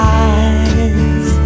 eyes